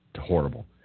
horrible